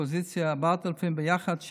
באופוזיציה 4,000. ביחד,